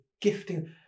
gifting